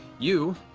you